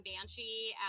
banshee